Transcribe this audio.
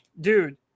dude